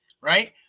right